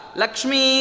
Lakshmi